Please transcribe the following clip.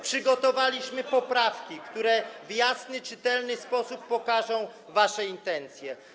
Przygotowaliśmy poprawki, które w jasny, czytelny sposób pokażą wasze intencje.